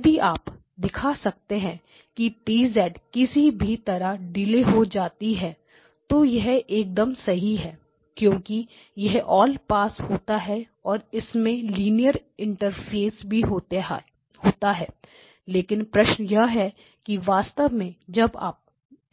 यदि आप दिखा सकते हैं कि T किसी भी तरह डिले हो जाती है तो यह एकदम सही है क्योंकि यह ऑल पास होता है और इसमें लीनियर इंटरफ़ेस भी होता है लेकिन प्रश्न यह है कि वास्तव में जब आप